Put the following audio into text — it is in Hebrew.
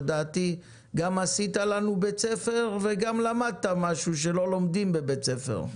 אבל לדעתי גם עשית לנו בית ספר וגם למדת משהו שלא לומדים בבית ספר,